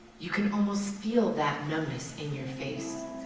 you can almost feel that numbness in your face,